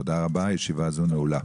תודה רבה, הישיבה הזו נעולה.